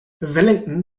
wellington